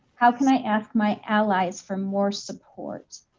how can i ask my allies for more support?